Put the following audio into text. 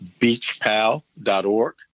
beachpal.org